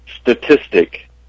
statistic